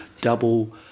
double